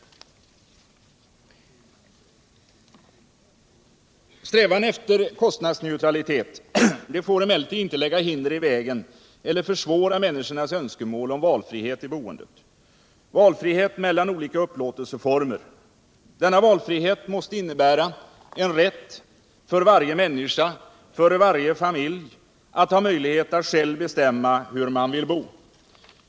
Strävan efter kostnadsneutralitet får emellertid inte lägga hinder i vägen för eller försvåra människornas önskemål om valfrihet i boendet. Valfrihet mellan olika upplåtelseformer måste innebära en rätt för varje människa och för varje familj att ha möjlighet att själv bestämma hur man vill bo.